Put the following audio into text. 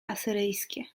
asyryjskie